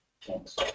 Thanks